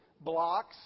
blocks